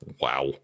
Wow